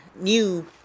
new